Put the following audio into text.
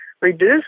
reduce